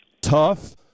tough